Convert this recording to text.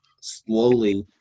slowly